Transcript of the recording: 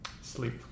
sleep